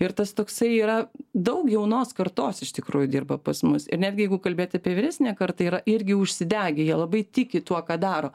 ir tas toksai yra daug jaunos kartos iš tikrųjų dirba pas mus ir netgi jeigu kalbėti apie vyresnę kartą yra irgi užsidegę jie labai tiki tuo ką daro